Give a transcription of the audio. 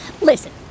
Listen